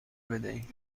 بدهید